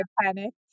panic